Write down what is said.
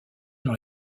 dans